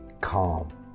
calm